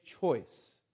choice